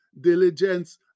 diligence